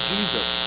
Jesus